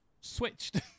switched